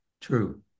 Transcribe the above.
true